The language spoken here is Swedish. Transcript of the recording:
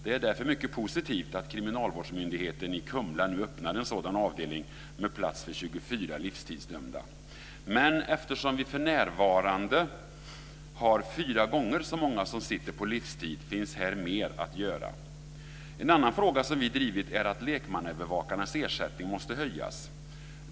Det är därför mycket positivt att kriminalvårdsmyndigheten i Kumla nu öppnar en sådan avdelning med plats för 24 livstidsdömda. Men eftersom vi för närvarande har fyra gånger så många som sitter på livstid finns här mer att göra. En annan fråga som vi drivit är att lekmannaövervakarnas ersättning måste höjas.